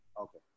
okay